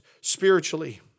spiritually